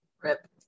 Rip